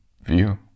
view